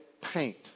paint